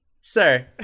sir